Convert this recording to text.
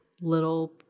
little